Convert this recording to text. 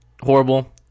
horrible